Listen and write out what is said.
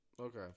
Okay